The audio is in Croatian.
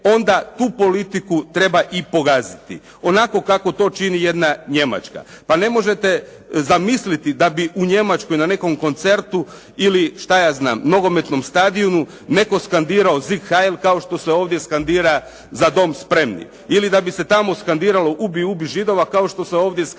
onda tu politiku treba i pogaziti onako kako to čini jedna Njemačka. Pa ne možete zamisliti da bi u Njemačkoj na nekom koncertu ili šta ja znam nogometnom stadionu netko skandirao “sieg heil“ kao što se ovdje skandira “za dom spremni“. Ili da bi se tamo skandiralo “ubi, ubi Židova“ kao što se ovdje skandira